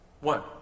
One